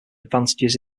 advantages